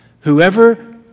Whoever